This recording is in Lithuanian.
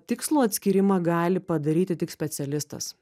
tikslų atskyrimą gali padaryti tik specialistas